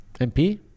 MP